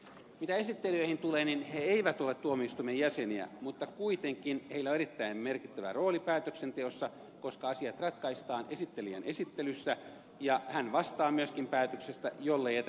mitä esittelijöihin tulee niin he eivät ole tuomioistuimen jäseniä mutta kuitenkin heillä on erittäin merkittävä rooli päätöksenteossa koska asiat ratkaistaan esittelijän esittelystä ja hän vastaa myöskin päätöksestä jollei jätä eriävää mielipidettään